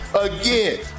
Again